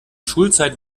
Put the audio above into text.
schulzeit